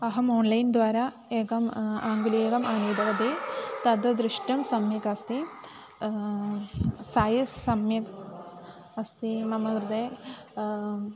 अहम् आन्लैन् द्वारा एकम् आङ्गुलीयकम् आनीतवती तत् दृष्टं सम्यक् अस्ति सैज़् सम्यक् अस्ति मम कृते